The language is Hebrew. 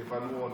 מלבנון,